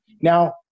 now